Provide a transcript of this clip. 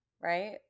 right